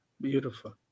Beautiful